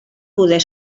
poder